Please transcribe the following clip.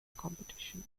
competition